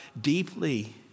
deeply